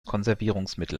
konservierungsmittel